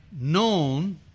known